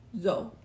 Zoe